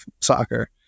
soccer